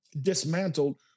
dismantled